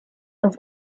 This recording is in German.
auf